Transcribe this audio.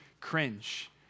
cringe